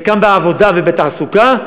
חלקם בעבודה ובתעסוקה.